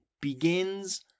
begins